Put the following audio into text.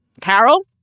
Carol